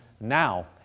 now